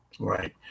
Right